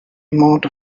amount